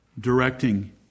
directing